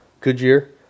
Goodyear